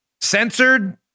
Censored